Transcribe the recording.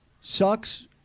sucks